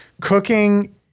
cooking